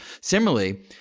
Similarly